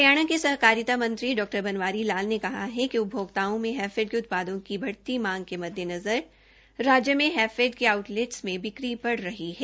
हरियाणा के सहकारिता मंत्री डॉ बनवारी लाल ने कहा कि उपभोक्ताओं में हैफेड के उत्पादों की बढ़ती मांग के मदेनजर राज्य में हैफेड के आउटलेटस में बिक्री बढ़ रही है